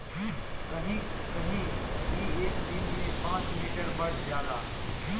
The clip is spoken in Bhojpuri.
कहीं कहीं ई एक दिन में पाँच मीटर बढ़ जाला